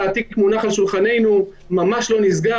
מונח על שולחננו, ממש לא נסגר.